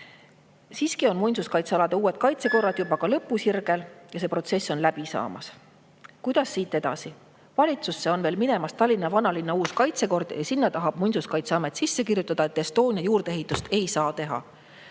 Siiski on muinsuskaitsealade uued kaitsekorrad juba lõpusirgel ja see protsess läbi saamas. Kuidas siit edasi? Valitsusse on minemas Tallinna vanalinna uus kaitsekord. Sellesse tahab Muinsuskaitseamet sisse kirjutada, et Estonia juurdeehitust ei saa teha.